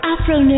Afro